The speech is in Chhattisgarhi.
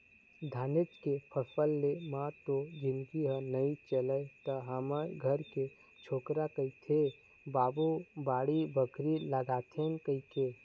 धानेच के फसल ले म तो जिनगी ह नइ चलय त हमर घर के छोकरा कहिथे बाबू बाड़ी बखरी लगातेन कहिके